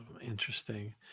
interesting